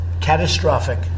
catastrophic